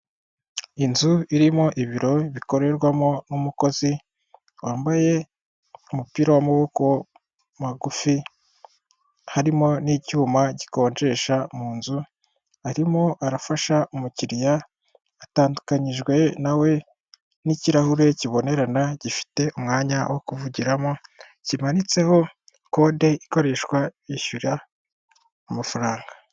Inzu irimo ibiro bikorerwamo n'umukozi wambaye umupira w'amaboko magufi, harimo n'icyuma gikonjesha mu nzu arimo arafasha umukiriya, atandukanyijwe nawe n'ikirahure kibonerana gifite umwanya wo kuvugiramo, kimanitseho kode ikoreshwa yishyura amafaranga.